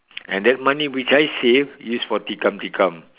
and that money which I save is for tikam tikam